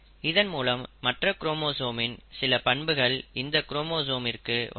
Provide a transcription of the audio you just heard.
இதன் மூலம் மற்ற குரோமோசோமின் சில பண்புகள் இந்த குரோமோசோமிற்கு வந்திருக்கும்